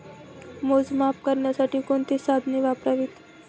मोजमाप करण्यासाठी कोणती साधने वापरावीत?